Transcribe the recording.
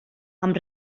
amb